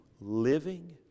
living